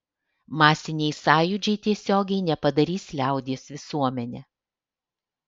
masiniai sąjūdžiai tiesiogiai nepadarys liaudies visuomene